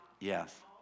Yes